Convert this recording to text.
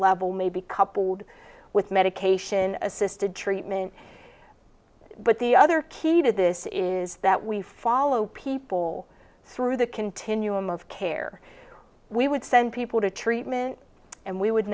level maybe coupled with medication assisted treatment but the other key to this is that we follow people through the continuum of care we would send people to treatment and we would